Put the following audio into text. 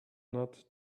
not